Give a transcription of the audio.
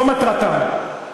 זו מטרתם.